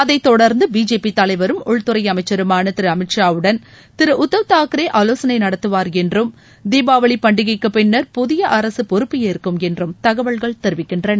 அதை தொடர்ந்து பிஜேபி தலைவரும் உள்துறை அமைச்சருமான திரு அமித்ஷாவுடன் திரு உத்தவ் தாக்ரே ஆவோசனை நடத்துவார் என்று தீபாவளி பண்டிகைக்கு பின்னர் புதிய அரசு பொறுப்பு ஏற்கும் என்றும் தகவல்கள் தெரிவிக்கின்றன